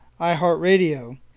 iHeartRadio